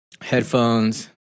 Headphones